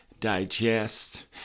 digest